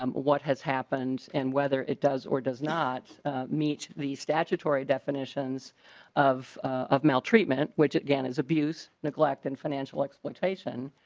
um what has happened and whether it does or does not meet the statutory definitions of of maltreatment which again is abuse neglect and financial exploitation.